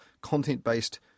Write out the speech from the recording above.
content-based